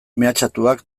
mehatxatuak